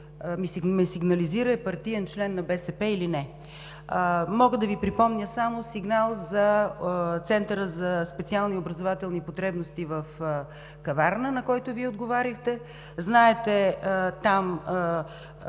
ми сигнализира, е партиен член на БСП или не. Мога да Ви припомня само сигнал за Центъра за специални образователни потребности в Каварна, на който Вие отговорихте. Знаете там